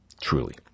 truly